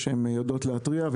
מערכות שיודעות להתריע,